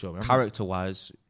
character-wise